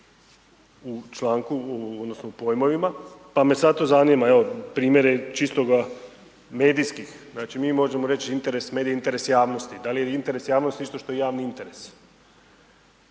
u pojmovima pa me zato zanima evo, primjer je čistoga medijskih, znači mi možemo reći interes medija, interes javnosti. Da li je interes javnosti isto što i javni interes?